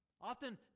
Often